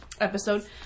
episode